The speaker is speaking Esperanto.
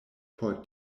por